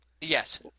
Yes